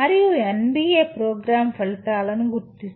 మరియు NBA programme ఫలితాలను గుర్తిస్తుంది